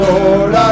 Lord